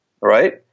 right